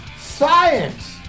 Science